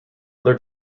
other